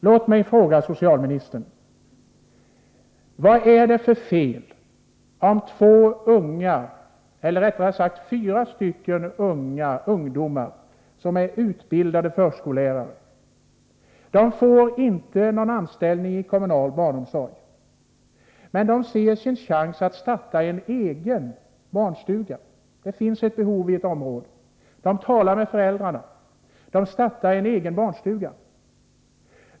Låt mig fråga socialministern: Vad är det för fel om fyra ungdomar, som är utbildade förskollärare men som inte får någon anställning inom den kommunala barnomsorgen, startar en egen barnstuga? Det finns ett behov i ett område. De talar med sina föräldrar och startar alltså en egen barnstuga.